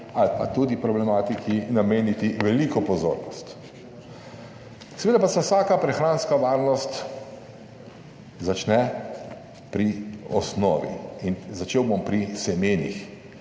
ali pa tudi problematiki, nameniti veliko pozornost. Seveda pa se vsaka prehranska varnost začne pri osnovi in začel bom pri semenih.